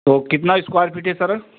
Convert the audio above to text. तो कितना square feet है सर